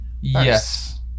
Yes